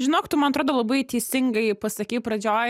žinok tu man atrodo labai teisingai pasakei pradžioj